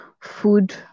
food